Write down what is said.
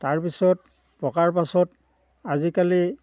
তাৰ পিছত পকাৰ পাছত আজিকালি